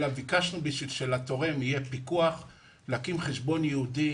כדי שלתורם יהיה פיקוח ביקשנו להקים חשבון ייעודי,